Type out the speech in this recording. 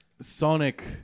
Sonic